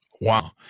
Wow